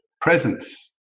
presence